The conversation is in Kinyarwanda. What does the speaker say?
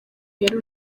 hera